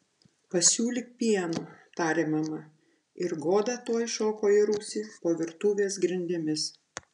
pasiūlyk pieno tarė mama ir goda tuoj šoko į rūsį po virtuvės grindimis